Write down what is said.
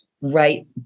Right